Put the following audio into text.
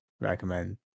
recommend